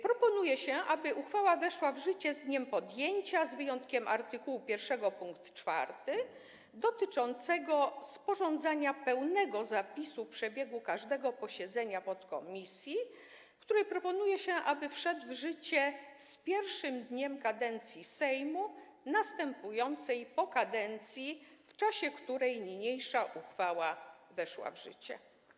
Proponuje się, aby uchwała weszła w życie z dniem jej podjęcia, z wyjątkiem art. 1 pkt 4 dotyczącego sporządzania pełnego zapisu przebiegu każdego posiedzenia podkomisji, co do którego proponuje się, aby wszedł w życie z pierwszym dniem kadencji Sejmu następującej po kadencji, w czasie której niniejsza uchwała weszła w życie.